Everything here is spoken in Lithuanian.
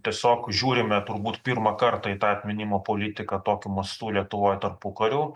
tiesiog žiūrime turbūt pirmą kartą į tą atminimo politiką tokiu mastu lietuvoj tarpukariu